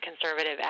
conservative